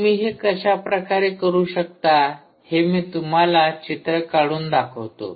तुम्ही हे कशा प्रकारे करू शकता हे मी तुम्हाला चित्र काढून दाखवतो